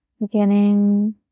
beginning